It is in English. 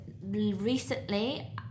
Recently